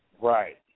Right